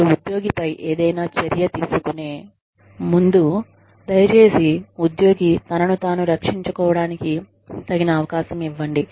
మీరు ఉద్యోగిపై ఏదైనా చర్య తీసుకునే ముందు దయచేసి ఉద్యోగి తనను తాను రక్షించుకోవడానికి తగిన అవకాశం ఇవ్వండి